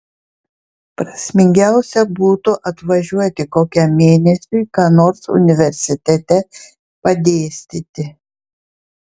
prasmingiausia būtų atvažiuoti kokiam mėnesiui ką nors universitete padėstyti